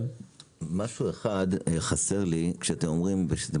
משהו אחד חסר לי כשאתם אומרים שאתם